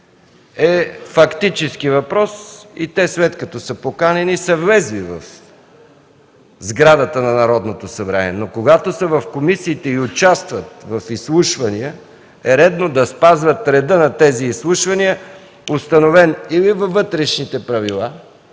е фактически въпрос и те, след като са поканени, са влезли в сградата. Когато са в комисиите и участват в изслушвания, е редно да спазват реда на тези изслушвания, установен или във вътрешните правила,